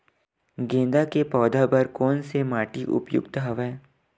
गेंदा के पौधा बर कोन से माटी उपयुक्त हवय?